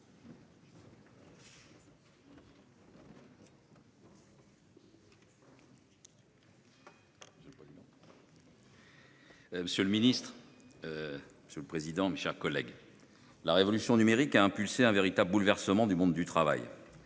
Monsieur le président, monsieur le ministre, mes chers collègues, la révolution numérique a suscité un véritable bouleversement du monde du travail,